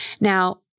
Now